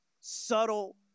subtle